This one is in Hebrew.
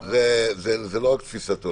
זה לא רק תפיסת עולם.